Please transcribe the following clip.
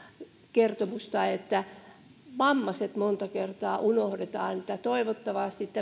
kertomusta että vammaiset monta kertaa unohdetaan toivottavasti